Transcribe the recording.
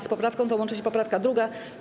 Z poprawką tą łączy się poprawka 2.